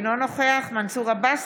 אינו נוכח מנסור עבאס,